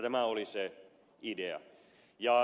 tämä oli se idea